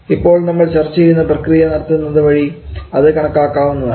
ഇപ്പോൾ നമ്മൾ ചർച്ച ചെയ്യുന്ന പ്രക്രിയ നടത്തുന്നത് വഴി അത് കണക്കാക്കാവുന്നതാണ്